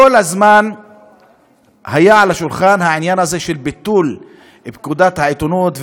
כל הזמן היה על השולחן העניין הזה של ביטול פקודת העיתונות,